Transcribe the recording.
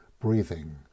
breathing